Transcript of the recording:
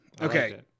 Okay